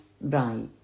right